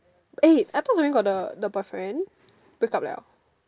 eh I thought mine got the the boyfriend break up liao